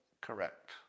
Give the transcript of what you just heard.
correct